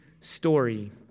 story